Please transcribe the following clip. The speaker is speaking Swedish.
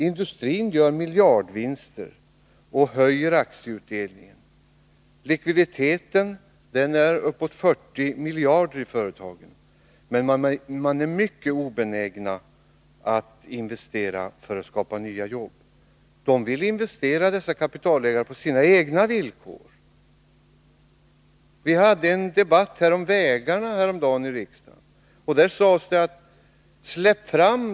Industrin gör miljardvinster och höjer aktieutdelningar. Likviditeten i företagen är bortåt 40 miljarder kronor, men kapitalägarna är mycket obenägna att investera för att skapa nya jobb. De vill investera på sina egna villkor. Vi hade häromdagen en debatt här i riksdagen om vägarna. Där sades: Släpp frar.